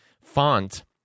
font